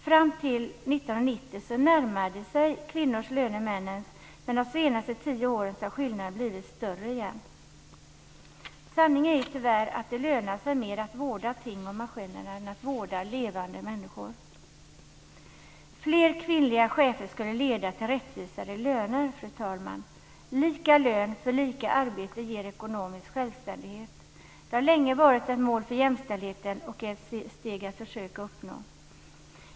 Fram till 1990 närmade sig kvinnors löner männens, men de senaste tio åren har skillnaderna blivit större igen. Sanningen är tyvärr att det lönar sig mer att vårda ting och maskiner än att vårda levande människor. Fler kvinnliga chefer skulle leda till rättvisare löner, fru talman. Lika lön för lika arbete ger ekonomisk självständighet. Det har länge varit ett mål för jämställdheten och är ett steg att försöka uppnå.